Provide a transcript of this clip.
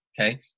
Okay